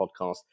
podcast